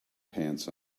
pants